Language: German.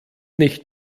nicht